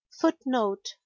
footnote